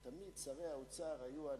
שוטר אמריקני,